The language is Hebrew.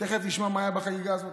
תכף נשמע מה היה בחגיגה הזאת.